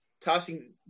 tossing